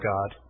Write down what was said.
God